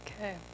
Okay